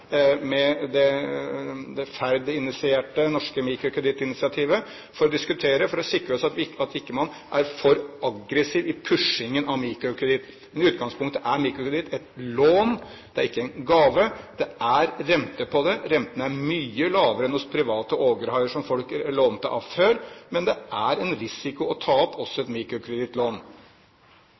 med det Ferd-initierte Norsk mikrokredittinitiativ for å diskutere, for å sikre oss at man ikke er for aggressiv i pushingen av mikrokreditt. Men i utgangspunktet er mikrokreditt et lån; det er ikke en gave, det er renter på det. Rentene er mye lavere enn hos private ågerhaier som folk lånte av før, men det å ta opp et mikrokredittlån er også en risiko.